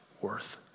worth